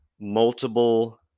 multiple